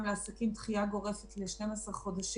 לעסקים קטנים של דחייה גורפת ל-12 חודשים.